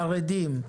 חרדים,